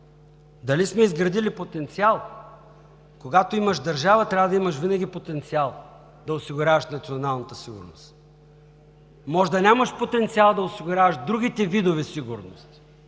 Дали сме изградили потенциал? Когато имаш държава, трябва да имаш винаги потенциал да осигуряваш националната сигурност. Може да нямаш потенциал да осигуряваш другите видове сигурности,